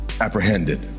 apprehended